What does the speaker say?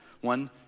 one